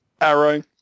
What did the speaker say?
arrow